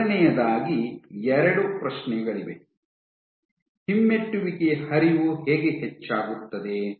ಮೊದಲನೆಯದಾಗಿ ಎರಡು ಪ್ರಶ್ನೆಗಳಿವೆ ಹಿಮ್ಮೆಟ್ಟುವಿಕೆಯ ಹರಿವು ಹೇಗೆ ಹೆಚ್ಚಾಗುತ್ತದೆ